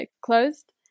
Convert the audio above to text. closed